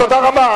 תודה רבה.